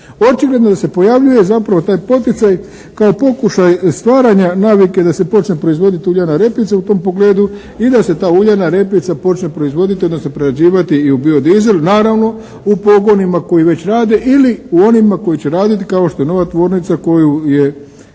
Očigledno da se pojavljuje zapravo taj poticaj kao pokušaj stvaranja navike da se počne proizvoditi uljana repice u tom pogledu i da se ta uljana repica počne proizvoditi, odnosno prerađivati i u biodizel, naravno u pogonima koji već rade ili u onima koji će raditi kao što je nova tvornica koju je